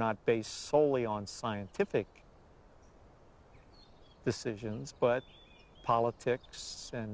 not based soley on scientific decisions but politics what